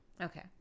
Okay